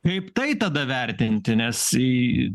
kaip tai tada vertinti nes į